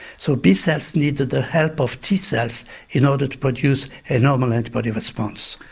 so b cells needed the help of t cells in order to produce a normal antibody response.